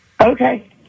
Okay